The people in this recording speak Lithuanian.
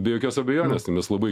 be jokios abejonės tai mes labai